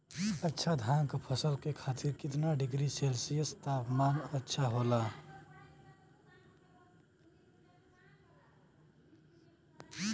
अच्छा धान क फसल के खातीर कितना डिग्री सेल्सीयस तापमान अच्छा होला?